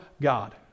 God